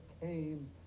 came